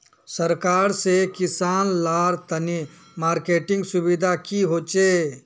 सरकार से किसान लार तने मार्केटिंग सुविधा की होचे?